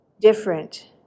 Different